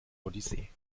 odyssee